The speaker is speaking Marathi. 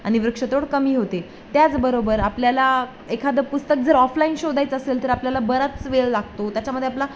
आणि वृक्षतोड कमी होते त्याचबरोबर आपल्याला एखादं पुस्तक जर ऑफलाईन शोधायचं असेल तर आपल्याला बराच वेळ लागतो त्याच्यामध्ये आपला